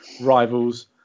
rivals